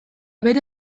bere